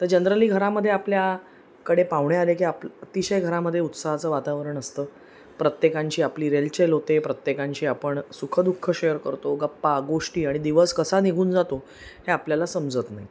तर जनरली घरामध्ये आपल्याकडे पाहुणे आले की आप अतिशय घरामध्ये उत्साहाचं वातावरण असतं प्रत्येकांची आपली रेलचेल होते प्रत्येकांशी आपण सुखदुःख शेअर करतो गप्पा गोष्टी आणि दिवस कसा निघून जातो हे आपल्याला समजत नाही